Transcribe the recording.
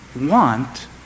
want